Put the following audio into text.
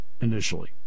initially